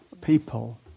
people